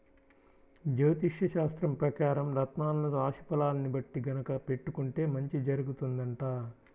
జ్యోతిష్యశాస్త్రం పెకారం రత్నాలను రాశి ఫలాల్ని బట్టి గనక పెట్టుకుంటే మంచి జరుగుతుందంట